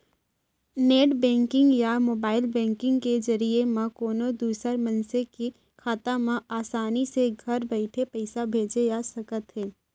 net banking या mobile banking के जरिए म कोनों दूसर मनसे के खाता म आसानी ले घर बइठे पइसा भेजे जा सकत हे